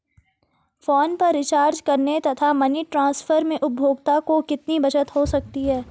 Phone पर recharge करने तथा मनी ट्रांसफर में उपभोक्ता को कितनी बचत हो सकती है?